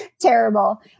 Terrible